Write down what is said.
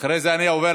אחרי זה אני עובר